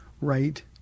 right